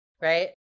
right